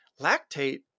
lactate